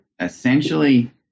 Essentially